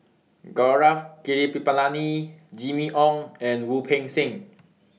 Gaurav Kripalani Jimmy Ong and Wu Peng Seng